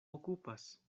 okupas